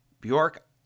Bjork